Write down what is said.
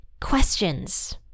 questions